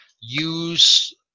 use